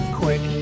quick